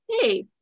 hey